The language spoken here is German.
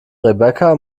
rebecca